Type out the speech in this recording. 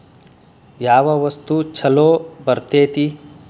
ಯಾವ ವಸ್ತು ಛಲೋ ಬರ್ತೇತಿ?